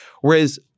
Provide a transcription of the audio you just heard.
Whereas